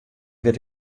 wit